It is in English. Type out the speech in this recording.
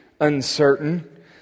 uncertain